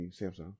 Samsung